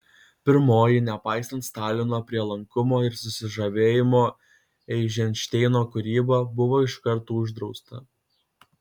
pirmoji nepaisant stalino prielankumo ir susižavėjimo eizenšteino kūryba buvo iš karto uždrausta